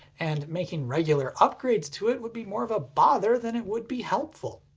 and making regular upgrades to it would be more of a bother than it would be helpful.